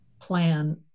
plan